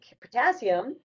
potassium